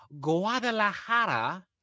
Guadalajara